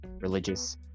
religious